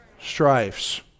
Strifes